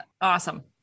awesome